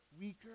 weaker